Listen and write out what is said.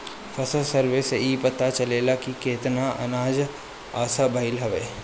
फसल सर्वे से इ पता चलेला की केतना अनाज असो भईल हवे